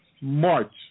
March